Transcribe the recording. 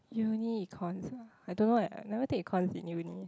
uni Econs ah I don't know eh I never take Econs in uni